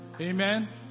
amen